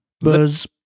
Buzz